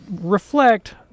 reflect